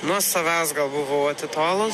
nuo savęs gal buvau atitolus